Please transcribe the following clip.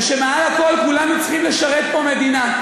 ושמעל הכול כולנו צריכים לשרת פה מדינה,